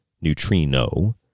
neutrino